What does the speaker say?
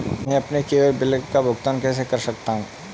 मैं अपने cable bill का भुगतान कैसे कर सकता हूँ?